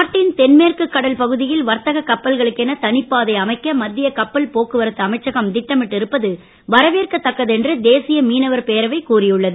நாட்டின் தென்மேற்கு கடல் பகுதியில் வர்த்தக கப்பல்களுக்கு என தனிப்பாதை அமைக்க மத்திய கப்பல் போக்குவரத்து அமைச்சகம் திட்டமிட்டு இருப்பது வரவேற்கத்தக்கது என்று தேசிய மீனவர் பேரவை கூறியுள்ளது